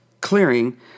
clearing